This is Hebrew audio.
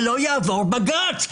זה לא יעבור בג"ץ.